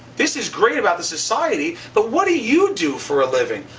this is great about the society. but what do you do for a living?